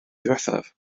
ddiwethaf